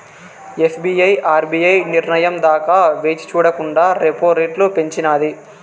SBI RBI నిర్నయం దాకా వేచిచూడకండా రెపో రెట్లు పెంచినాది